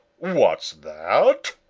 what's that?